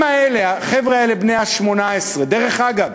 דרך אגב,